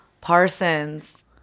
Parsons